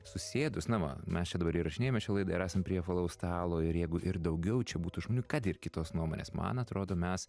susėdus na va mes čia dabar įrašinėjame šią laidą ir esam prie apvalaus stalo ir jeigu ir daugiau čia būtų žmonių kad ir kitos nuomonės man atrodo mes